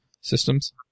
systems